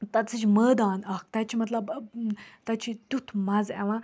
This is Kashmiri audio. تَتہِ سٕے چھُ مٲدان اَکھ تَتہِ چھُ مطلب ٲں تَتہِ چھُ تیٛتھ مَزٕ یِوان